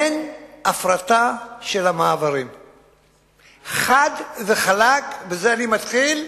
אין הפרטה של המעברים, חד וחלק, בזה אני מתחיל.